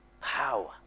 power